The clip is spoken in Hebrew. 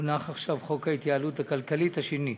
הונח עכשיו חוק התייעלות הכלכלית השני.